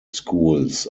schools